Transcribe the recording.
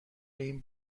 این